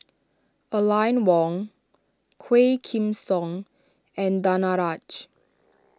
Aline Wong Quah Kim Song and Danaraj